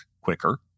quicker